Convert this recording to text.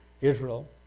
Israel